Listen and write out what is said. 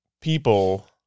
people